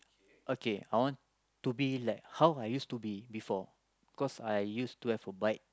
okay I want to be like how I used to be before cause I used to have a bike